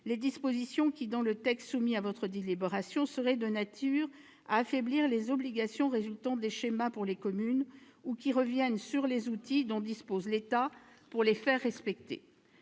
les dispositions du texte soumis à votre délibération qui seraient de nature à affaiblir les obligations résultant des schémas pour les communes ou qui reviennent sur les outils dont dispose l'État pour les faire respecter.